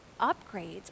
upgrades